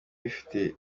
hagati